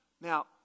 Now